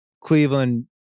Cleveland